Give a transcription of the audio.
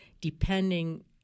depending